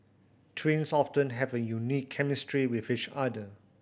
twins often have a unique chemistry with each other